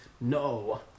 No